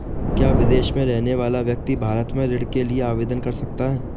क्या विदेश में रहने वाला व्यक्ति भारत में ऋण के लिए आवेदन कर सकता है?